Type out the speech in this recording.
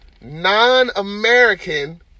non-American